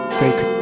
fake